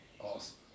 awesome